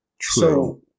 True